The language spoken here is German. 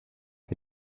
mit